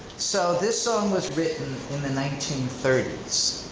so this song was written in the nineteen thirty s.